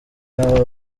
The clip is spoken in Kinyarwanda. n’ababa